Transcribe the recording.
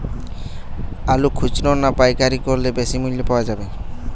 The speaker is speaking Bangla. আলু খুচরা না পাইকারি করলে বেশি মূল্য পাওয়া যাবে?